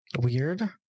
weird